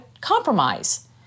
compromise